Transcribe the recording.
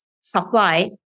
supply